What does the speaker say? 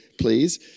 Please